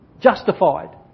justified